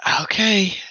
Okay